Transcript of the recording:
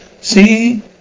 see